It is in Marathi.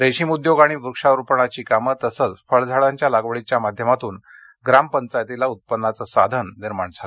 रेशीम उद्योग आणि वृक्षारोपणाची कामं तसंच फळझाडांच्या लागवडीच्या माध्यमातून ग्रामपंचायतीला उत्पन्नाचं साधन निर्माण झालं